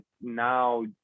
now